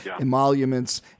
emoluments